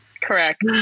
Correct